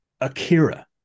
Akira